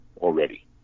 already